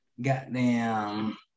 goddamn